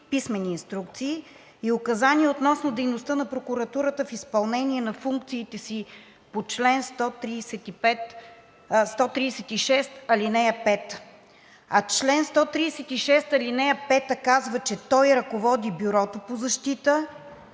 писмени инструкции и указания относно дейността на прокуратурата в изпълнение на функциите си по чл. 136, ал. 5, а чл. 136, ал. 5 казва, че той ръководи Бюрото по защита